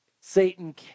Satan